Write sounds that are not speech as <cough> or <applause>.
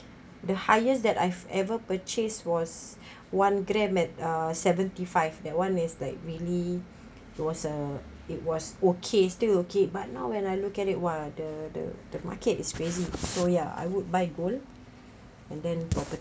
the highest that I've ever purchase was <breath> one gram at uh seventy five that one is like really it was a it was okay still okay but now when I look at it !wah! the the the market is crazy so ya I would buy gold and then proper~